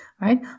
Right